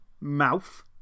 Mouth